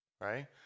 right